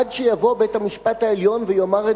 עד שיבוא בית-המשפט העליון ויאמר את